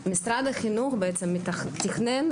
משרד החינוך בעצם תכנן,